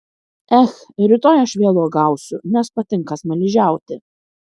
ech rytoj aš vėl uogausiu nes patinka smaližiauti